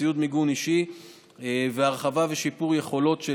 ציוד מיגון אישי והרחבה ושיפור יכולות של